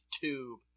tube